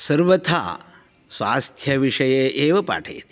सर्वथा स्वास्थ्यविषये एव पाठयति